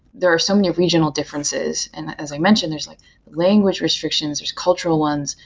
there are so many regiona l differences. and as i mentioned, there's like language restr ictions, there's cultural ones,